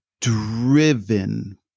driven